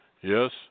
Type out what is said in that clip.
Yes